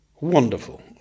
wonderful